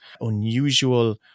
unusual